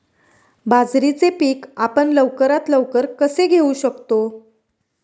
बाजरीचे पीक आपण लवकरात लवकर कसे घेऊ शकतो?